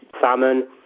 salmon